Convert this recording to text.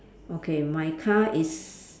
okay my car is